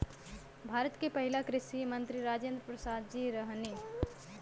भारत के पहिला कृषि मंत्री राजेंद्र प्रसाद जी रहने